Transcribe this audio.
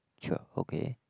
sure okay